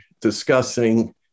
discussing